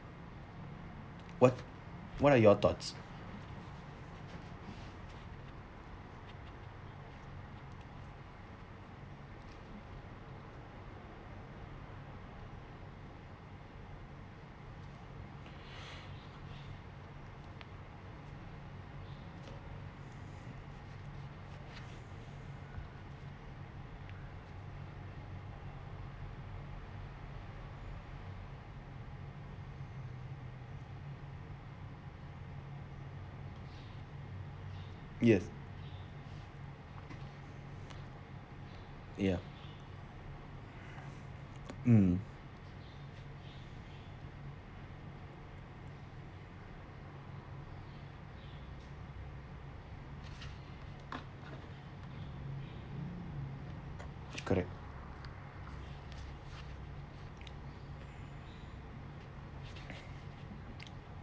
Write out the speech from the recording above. what what are your thoughts yes ya mm correct